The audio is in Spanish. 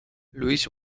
lois